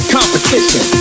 Competition